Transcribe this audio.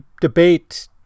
debate